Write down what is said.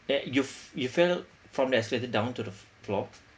tha~ you've you fell from the escalator down to the floor